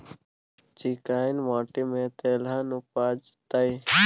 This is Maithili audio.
चिक्कैन माटी में तेलहन उपजतै?